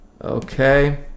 Okay